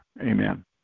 Amen